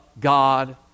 God